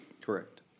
Correct